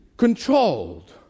Controlled